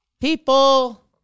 People